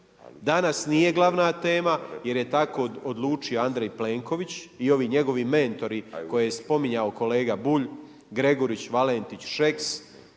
danas nije glavna tema jer je tako odlučio Andrej Plenković i ovi njegovi mentori koje je spominjao kolega Bulj, Gregurić, Valentić, Šeks.